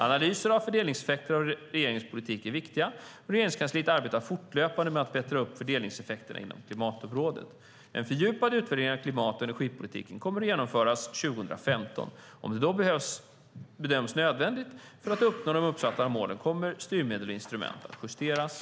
Analyser av fördelningseffekter av regeringens politik är viktiga. Regeringskansliet arbetar fortlöpande med att bättre följa upp fördelningseffekter inom klimatområdet. En fördjupad utvärdering av klimat och energipolitiken kommer att genomföras 2015. Om det då bedöms nödvändigt för att uppnå uppsatta mål kommer styrmedel och instrument att justeras.